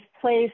place